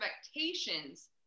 expectations